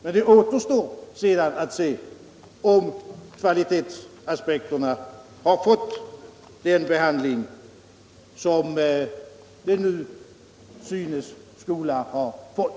Men sedan återstår att se om kvalitetsaspekterna har fått den behandling som de nu påstås ha fått.